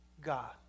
God